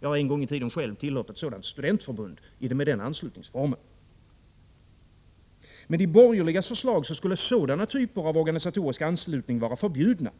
Jag har en gång i tiden själv tillhört ett studentförbund med den anslutningsformen. Med de borgerligas förslag skulle sådana typer av organisatorisk anslutning vara förbjudna,